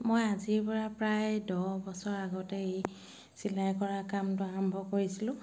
মই আজিৰ পৰা প্ৰায় দহ বছৰৰ আগতে এই চিলাই কৰা কামটো আৰম্ভ কৰিছিলোঁ